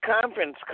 conference